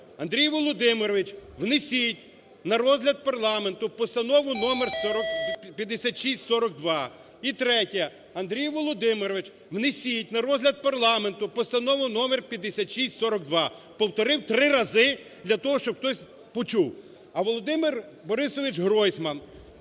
Андрію Володимировичу, внесіть на розгляд парламенту Постанову № 5642. І третє. Андрію Володимировичу, внесіть на розгляд парламенту Постанову № 5642. Повторив 3 рази для того, щоб хтось почув. А Володимир Борисович Гройсман,